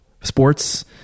sports